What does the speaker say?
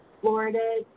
Florida